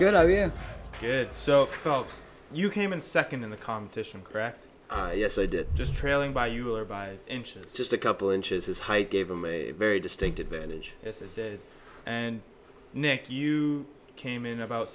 yeah good so folks you came in second in the competition crack yes i did just trailing by you or by inches just a couple inches his height gave him a very distinct advantage as it did and nick you came in about